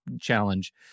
challenge